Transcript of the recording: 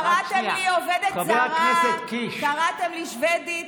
לא תשמע את הקריאות שאנחנו נאלצנו לשמוע.